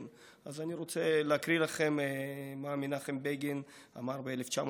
אז אני רוצה להקריא לכם מה מנחם בגין אמר 1952: